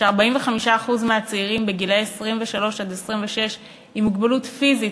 ו-45% מהצעירים בני 23 26 עם מוגבלות פיזית,